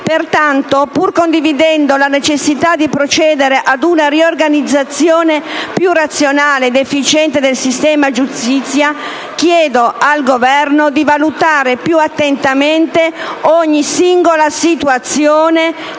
Pertanto, pur condividendo la necessità di procedere ad una riorganizzazione più razionale ed efficiente del sistema giustizia, chiedo al Governo di valutare più attentamente ogni singola situazione che verrebbe